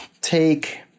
take